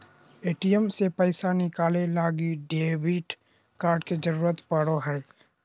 ATM से पैसा निकाले लगी डेबिट कार्ड के जरूरत पड़ो हय